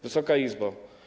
Wysoka Izbo!